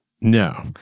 No